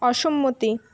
অসম্মতি